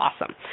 awesome